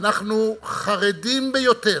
ואנחנו חרדים ביותר.